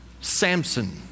Samson